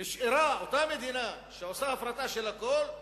נשארה אותה מדינה שעושה הפרטה של הכול,